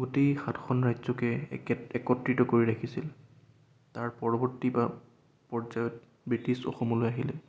গোটেই সাতখন ৰাজ্যকে একে একত্ৰিত কৰি ৰাখিছিল তাৰ পৰৱৰ্তি বা পৰ্যায়ত ব্ৰিটিছ অসমলৈ আহিলে